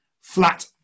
flat